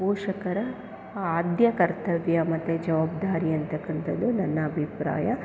ಪೋಷಕರ ಆದ್ಯ ಕರ್ತವ್ಯ ಮತ್ತು ಜವಾಬ್ದಾರಿ ಅಂತಕ್ಕಂಥದ್ದು ನನ್ನ ಅಭಿಪ್ರಾಯ